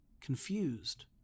confused